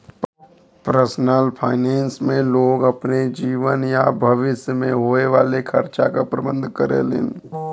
personal finance में लोग अपने जीवन या भविष्य में होये वाले खर्चा क प्रबंधन करेलन